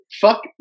Fuck